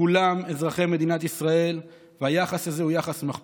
כולם אזרחי מדינת ישראל, והיחס הזה הוא יחס מחפיר.